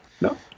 No